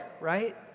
right